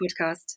podcast